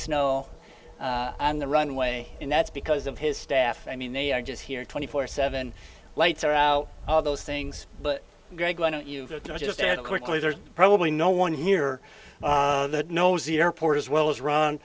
snow on the runway and that's because of his staff i mean they are just here twenty four seven lights are out all those things but greg why don't you just aired quickly there's probably no one here knows the airport as well as ron